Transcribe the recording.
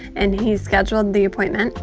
and he scheduled the appointment,